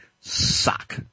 suck